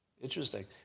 Interesting